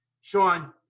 Sean